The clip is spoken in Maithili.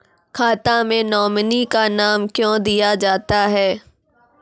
खाता मे नोमिनी का नाम क्यो दिया जाता हैं?